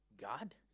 God